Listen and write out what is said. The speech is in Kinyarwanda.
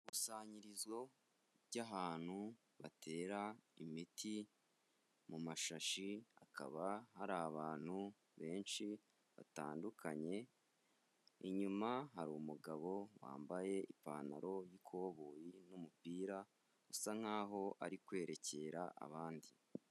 Ikusanyirizo ry'ahantu batera imiti mu mashashi hakaba hari abantu benshi batandukanye inyuma hari umugabo wambaye ipantaro y'ikoboyi n'umupira usa nkaho ari kwerekera abandi.